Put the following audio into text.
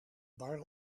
bar